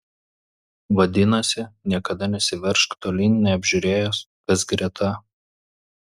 vadinasi niekada nesiveržk tolyn neapžiūrėjęs kas greta